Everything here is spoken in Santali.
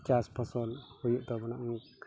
ᱪᱟᱥ ᱯᱷᱚᱥᱚᱞ ᱦᱩᱭᱩᱜ ᱛᱟᱵᱚᱱᱟ